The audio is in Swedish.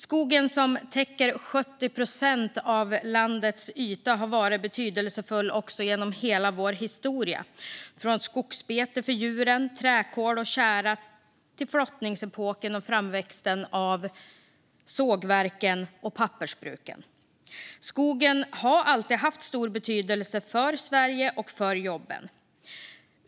Skogen, som täcker 70 procent av landets yta, har varit betydelsefull genom hela vår historia: från skogsbete till djuren, träkol och tjära till flottningsepoken och framväxten av sågverken och pappersbruken. Skogen har alltid haft stor betydelse för Sverige och för jobben.